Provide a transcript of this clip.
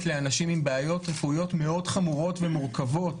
לאנשים עם בעיות רפואיות מאוד חמורות ומורכבות,